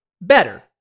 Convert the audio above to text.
better